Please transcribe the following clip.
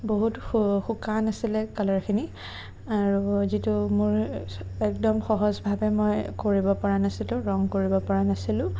বহুত শুকান আছিলে কালাৰখিনি আৰু যিটো মোৰ একদম সহজভাৱে মই কৰিব পৰা নাছিলোঁ ৰং কৰিব পৰা নাছিলোঁ